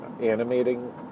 animating